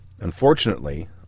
Unfortunately